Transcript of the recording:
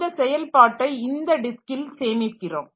இந்த செயல்பாட்டை இந்த டிஸ்க்கில் சேமிக்கிறோம்